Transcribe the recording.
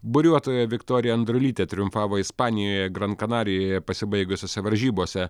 buriuotoja viktorija andrulytė triumfavo ispanijoje grankanarijoje pasibaigusiose varžybose